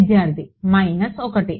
విద్యార్థి మైనస్ 1